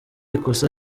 ikosa